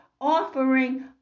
offering